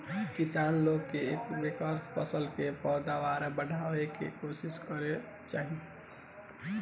किसान लोग के एह बेरी फसल के पैदावार बढ़ावे के कोशिस करे के चाही